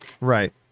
Right